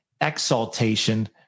exaltation